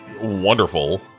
wonderful